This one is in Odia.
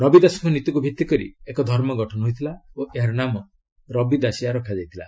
ରବି ଦାସଙ୍କ ନୀତିକୁ ଭିତ୍ତିକରି ଏକ ଧର୍ମ ଗଠନ ହୋଇଥିଲା ଓ ଏହାର ନାମ ରବି ଦାସିଆ ରଖାଯାଇଥିଲା